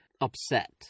upset